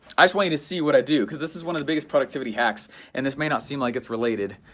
i just want you to see what i do, this is one of the biggest productivity hacks and this may not seem like it's related,